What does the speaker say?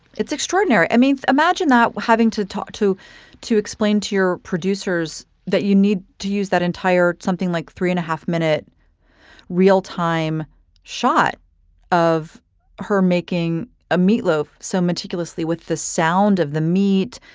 it's extraordinary i mean, imagine not having to talk to to explain to your producers that you need to use that entire something like three and a half minute real time shot of her making a meatloaf so meticulously with the sound of the meat.